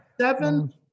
seven